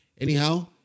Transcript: Anyhow